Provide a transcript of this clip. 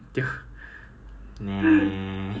你每天在 toilet 唱歌 ah